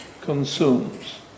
consumes